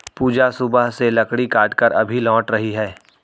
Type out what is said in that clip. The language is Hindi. पूजा सुबह से लकड़ी काटकर अभी लौट रही है